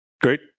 great